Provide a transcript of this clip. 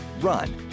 run